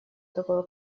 такое